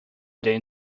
than